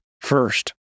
first